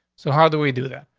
so how do we do that?